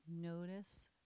notice